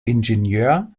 ingenieur